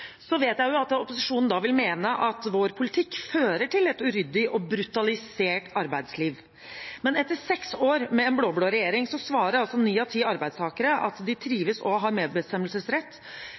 Så vet jeg jo at opposisjonen da vil mene at vår politikk fører til et uryddig og brutalisert arbeidsliv, men etter seks år med en blå-blå regjering svarer altså ni av ti arbeidstakere at de trives og har medbestemmelsesrett.